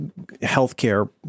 healthcare